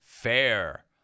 Fair